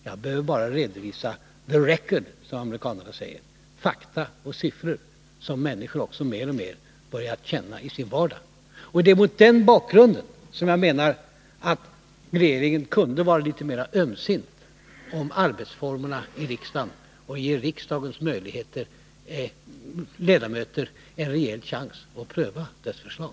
Jag behöver bara redovisa ”the record”, som amerikanerna säger, fakta och siffror, som människor också mer och mer börjat känna i sin vardag. Det är mot den bakgrunden som jag menar att regeringen kunde vara litet mera ömsint om arbetsformerna i riksdagen och ge riksdagens ledamöter en rejäl chans att pröva dess förslag.